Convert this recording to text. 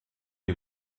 die